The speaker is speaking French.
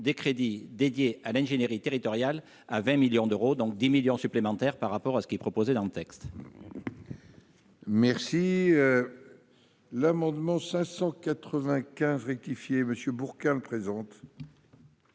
des crédits dédiée à l'ingénierie territoriale à 20 millions d'euros, donc 10 millions supplémentaires par rapport à ce qui est proposé dans le texte. Merci l'amendement 595 rectifié monsieur Bourquin présente.